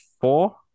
four